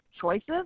choices